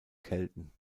kelten